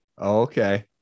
okay